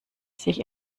sich